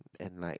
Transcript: and like